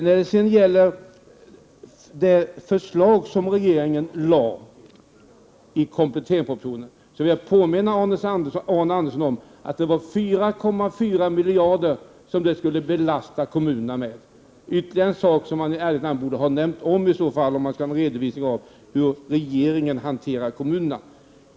När det gäller regeringens förslag i kompletteringspropositionen vill jag påminna Arne Andersson om att det var 4,4 miljarder kronor som kommunerna skulle belastas med — ytterligare en sak som han i ärlighetens namn borde ha omnämnt, om han skall göra en redovisning av hur regeringen hanterar kommunerna.